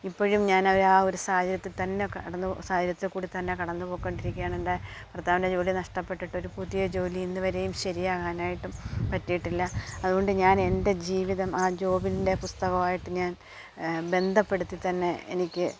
ഇപ്പോഴും ഞാൻ അത് ആ ഒരു സാഹചര്യത്തിൽത്തന്നെ കടന്നു സാഹചര്യത്തിൽകൂടിത്തന്നെ കടന്നു പൊയ്ക്കൊണ്ടിരിക്കുകയാണ് എൻ്റെ ഭർത്താവിൻ്റെ ജോലി നഷ്ടപ്പെട്ടിട്ടും ഒരു പുതിയ ജോലി ഇന്നു വരെയും ശരിയാകാനായിട്ടും പറ്റിയിട്ടില്ല അതുകൊണ്ട് ഞാൻ എൻ്റെ ജീവിതം ആ ജോബിൻ്റെ പുസ്തകം ആയിട്ട് ഞാൻ ബന്ധപ്പെടുത്തിത്തന്നെ എനിക്ക്